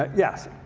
ah yes,